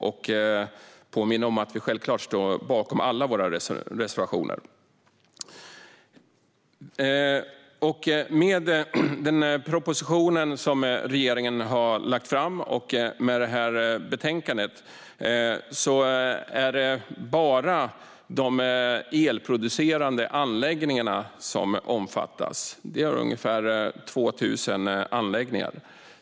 Samtidigt står vi naturligtvis bakom alla våra reservationer. Med den proposition som regeringen nu har lagt fram och med det förslag som finns i betänkandet är det bara de elproducerande anläggningarna som omfattas. Det är ungefär 2 000 anläggningar.